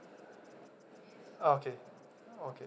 okay okay